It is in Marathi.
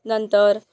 नंतर